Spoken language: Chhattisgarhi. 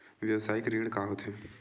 व्यवसायिक ऋण का होथे?